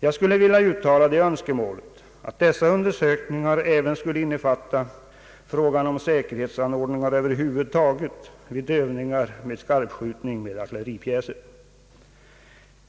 Jag skulle vilja uttala det önskemålet att dessa undersökningar även skulle innefatta frågan om säkerhetsanordningar över huvud taget vid övningar med skarpskjutning med artilleripjäser.